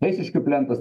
eisiškių plentas